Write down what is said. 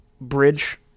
bridge